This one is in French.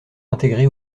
intégré